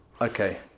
Okay